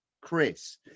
Chris